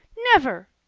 never!